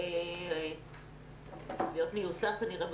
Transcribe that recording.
כנראה,